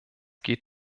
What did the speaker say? geht